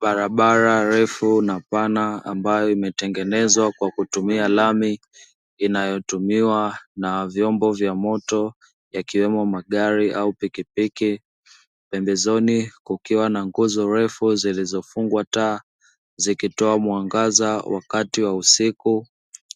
Barabara refu na pana ambayo imetengenezwa kwa kutumia lami, inayotumiwa na vyombo vya moto yakiwemo magari au pikipiki, pembezoni kukiwa na nguzo refu zilizofungwa taa zikitoa mwangaza wakati wa usiku